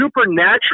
supernatural